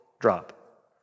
drop